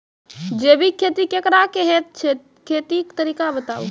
जैबिक खेती केकरा कहैत छै, खेतीक तरीका बताऊ?